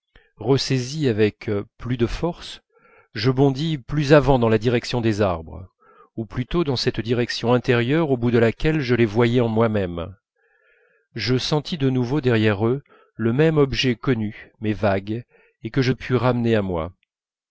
ressaisie avec plus de force je bondis plus avant dans la direction des arbres ou plutôt dans cette direction intérieure au bout de laquelle je les voyais en moi-même je sentis de nouveau derrière eux le même objet connu mais vague et que je ne pus ramener à moi